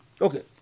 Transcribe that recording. Okay